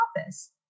office